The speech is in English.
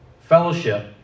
fellowship